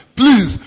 please